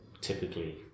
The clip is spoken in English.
typically